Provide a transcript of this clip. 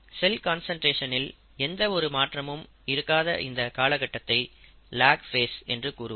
செல் கான்சன்ட்ரேஷனில் எந்த ஒரு மாற்றமும் இருக்காத காலகட்டத்தை லேக் ஃபேஸ் என்று கூறுவர்